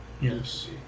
Yes